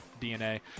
dna